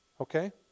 okay